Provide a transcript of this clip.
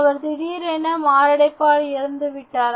ஒருவர் திடீரென மாரடைப்பால் இறந்துவிட்டார்